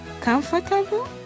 Comfortable